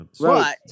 right